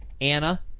Anna